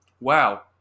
Wow